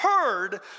heard